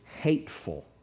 hateful